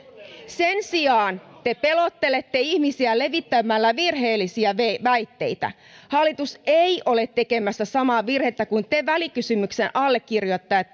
sen sijaan te pelottelette ihmisiä levittämällä virheellisiä väitteitä hallitus ei ole tekemässä samaa virhettä kuin te välikysymyksen allekirjoittajat